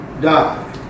die